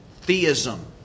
theism